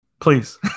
Please